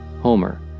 Homer